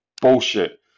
bullshit